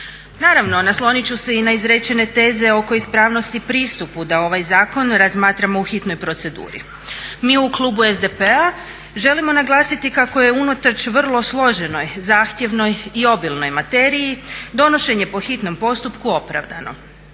Naravno nasloniti ću se i na izrečene teze oko ispravnosti pristupu da ovaj zakon razmatramo u hitnoj proceduri. Mi u klubu SDP-a želimo naglasiti kako je unatoč vrlo složenoj, zahtjevnoj i obilnoj materiji donošenje po hitnom postupku opravdano.